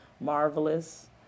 marvelous